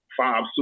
five